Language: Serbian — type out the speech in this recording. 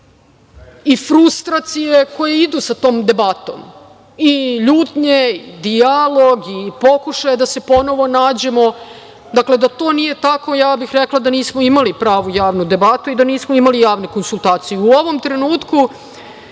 i frustracije koje idu sa tom debatom, ljutnje, dijalog i pokušaje da se ponovo nađemo. Da to nije tako, ja bih rekla da nismo imali pravu javnu debatu i da nismo imali javne konsultacije.U ovom trenutku